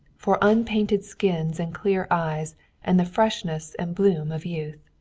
for unpainted skins and clear eyes and the freshness and bloom of youth.